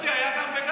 היה גם וגם.